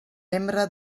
membre